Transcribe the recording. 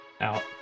out